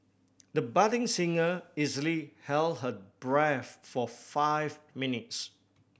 the budding singer easily held her breath for five minutes